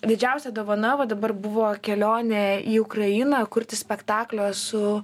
didžiausia dovana va dabar buvo kelionė į ukrainą kurti spektaklio su